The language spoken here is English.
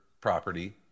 property